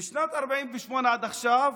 משנת 48' עד עכשיו.